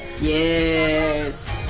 Yes